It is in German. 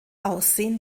aussehen